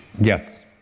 Yes